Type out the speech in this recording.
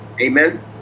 Amen